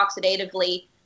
oxidatively